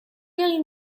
egin